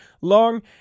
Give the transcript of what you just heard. long